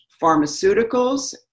pharmaceuticals